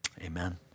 amen